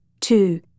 Two